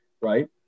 right